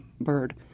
bird